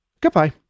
goodbye